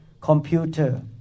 computer